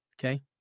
okay